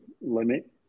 limit